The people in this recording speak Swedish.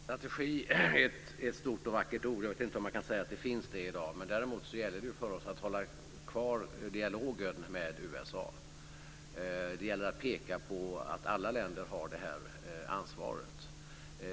Fru talman! Strategi är ett stort och vackert ord. Jag vet inte om man kan säga att det finns en strategi i dag. Det gäller däremot att hålla dialogen med USA i gång. Det gäller att peka på att alla länder har det här ansvaret.